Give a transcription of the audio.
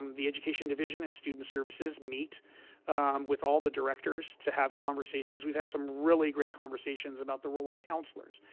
um the education division and student services meet with all the directors to have conversations. we've had some really great conversations about the role of counselors.